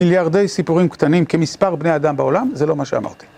מיליארדי סיפורים קטנים כמספר בני האדם בעולם, זה לא מה שאמרתי.